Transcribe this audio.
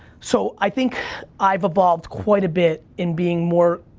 so, i think i've evolved quite a bit in being more,